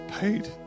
paid